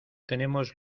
tenemos